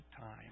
time